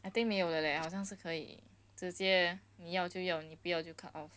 I think 没有的 leh 好像是可以直接你要就要你不要就 cut off